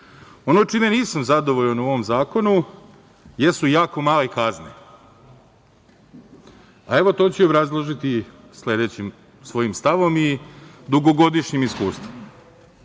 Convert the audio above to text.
čime nisam zadovoljan u ovom zakonu jesu jako male kazne, a evo to ću obrazložiti sledećim svojim stavom i dugogodišnjim iskustvom.